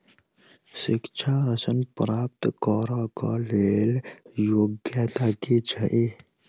शिक्षा ऋण प्राप्त करऽ कऽ लेल योग्यता की छई?